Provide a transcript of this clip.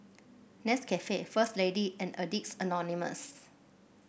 Nescafe First Lady and Addicts Anonymous